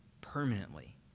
permanently